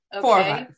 Four